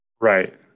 Right